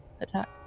attack